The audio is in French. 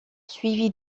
suivis